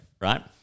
right